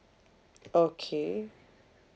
okay